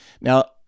Now